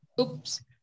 Oops